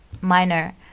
minor